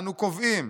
"אנו קובעים